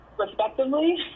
respectively